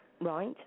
Right